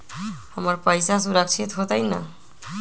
हमर पईसा सुरक्षित होतई न?